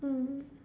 mm